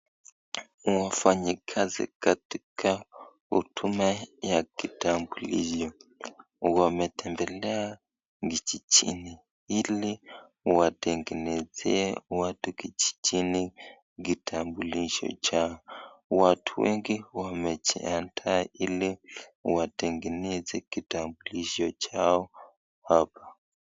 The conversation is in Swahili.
Mfanyikazi katika huduma ya kitambulisho wametembelea vijijini ili watengenezee watu kijijini kitambulisho chao, watu wengi wamejiandaa ili watengeneze kitambulisho chao hapa.